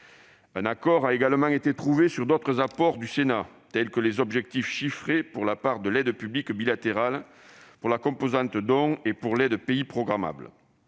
Un accord a également été trouvé sur d'autres apports du Sénat, tels que les objectifs chiffrés pour la part de l'aide publique bilatérale, pour la composante dons et pour l'aide pays programmable.